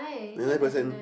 ninety nine percent